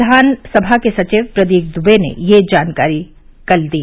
विधानसभा के सचिव प्रदीप दुबे ने कल यह जानकारी दी